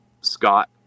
Scott